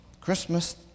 Christmas